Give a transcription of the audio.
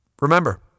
Remember